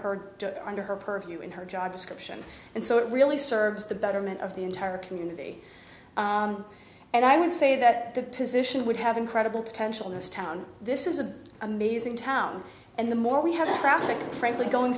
under her purview in her job description and so it really serves the betterment of the entire community and i would say that good position would have incredible potential in this town this is a amazing town and the more we have traffic frankly going